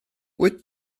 wyt